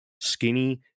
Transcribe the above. skinny